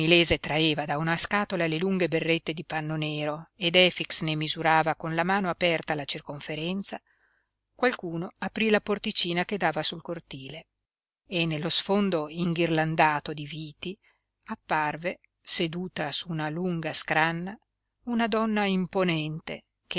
traeva da una scatola le lunghe berrette di panno nero ed efix ne misurava con la mano aperta la circonferenza qualcuno aprí la porticina che dava sul cortile e nello sfondo inghirlandato di viti apparve seduta su una lunga scranna una donna imponente